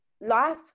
life